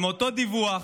באותו דיווח,